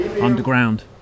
underground